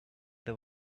the